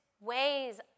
ways